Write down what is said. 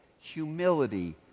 humility